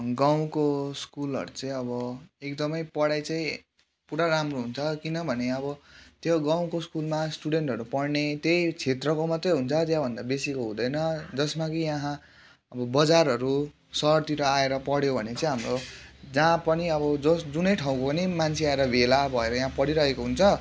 गाउँको स्कुलहरू चाहिँ अब एकदमै पढाइ चाहिँ पुरा राम्रो हुन्छ किनभने अब त्यो गाउँको स्कुलमा स्टुडेन्टहरू पढ्ने त्यही क्षेत्रको मात्रै हुन्छ त्यहाँभन्दा बेसीको हुँदैन जसमा कि यहाँ बजारहरू सहरतिर आएर पढ्यो भने चाहिँ हाम्रो जहाँ पनि अब जुनै ठाउँको पनि मान्छे आएर भेला भएर यहाँ पढिरहेको हुन्छ